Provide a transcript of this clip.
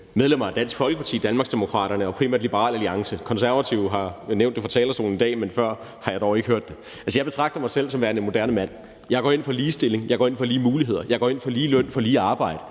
medlemmer af Dansk Folkeparti, Danmarksdemokraterne og primært Liberal Alliance. Konservative har nævnt det fra talerstolen i dag, men før har jeg dog ikke hørt det. Jeg betragter mig selv som værende en moderne mand. Jeg går ind for ligestilling. Jeg går ind lige muligheder. Jeg går ind for ligeløn for lige arbejde.